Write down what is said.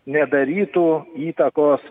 nedarytų įtakos